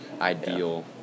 ideal